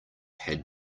had